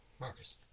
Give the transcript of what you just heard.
Marcus